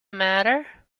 matter